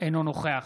אינו נוכח